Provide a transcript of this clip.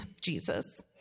Jesus